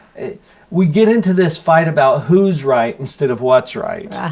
we get into this fight about who's right instead of what's right.